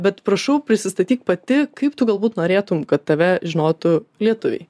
bet prašau prisistatyk pati kaip tu galbūt norėtum kad tave žinotų lietuviai